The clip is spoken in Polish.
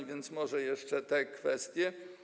A więc może jeszcze te kwestie.